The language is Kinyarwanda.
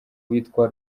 witwa